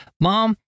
mom